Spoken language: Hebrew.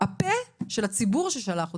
הפה של הציבור ששלח אותי.